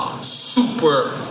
Super